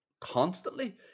constantly